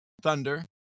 Thunder